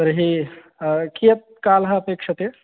तर्हि कियान् कालः अपेक्ष्यते